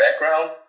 background